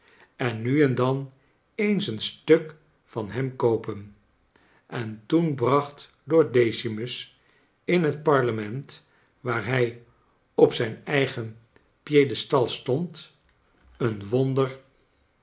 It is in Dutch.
en nu en dan eens een stuk van hem koopen en toen bracht lord decimus in het parlement waar hij op zijn eigen piedestal stond een wonder